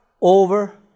over